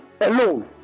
alone